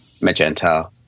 magenta